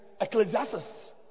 Ecclesiastes